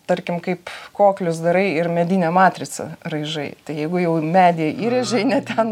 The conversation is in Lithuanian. tarkim kaip koklius darai ir medinę matricą raižai tai jeigu jau į medį įrėžei ne ten